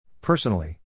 Personally